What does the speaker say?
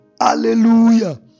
Hallelujah